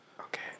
Okay